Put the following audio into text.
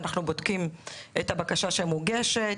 אנחנו בודקים את הבקשה שמוגשת,